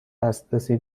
دسترسی